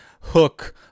hook